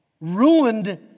ruined